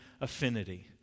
affinity